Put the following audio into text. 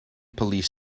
police